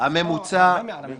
זה לא מעל הממוצע.